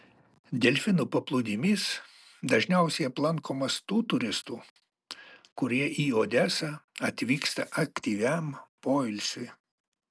delfinų paplūdimys dažniausiai aplankomas tų turistų kurie į odesą atvyksta aktyviam poilsiui